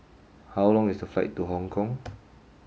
how long is the flight to Hong Kong